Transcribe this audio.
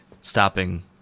stopping